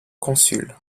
consul